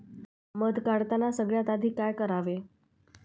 मध काढताना सगळ्यात आधी काय करावे?